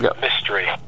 mystery